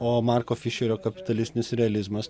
o marko fišerio kapitalistinis realizmas